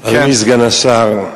אדוני סגן השר,